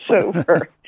sober